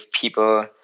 people